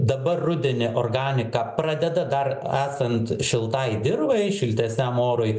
dabar rudenį organiką pradeda dar esant šiltai dirvai šiltesniam orui